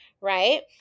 right